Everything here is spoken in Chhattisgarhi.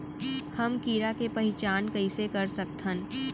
हम कीड़ा के पहिचान कईसे कर सकथन